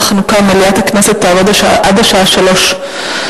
החנוכה מליאת הכנסת תעבוד עד השעה 15:00,